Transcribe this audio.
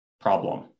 problem